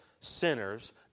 sinners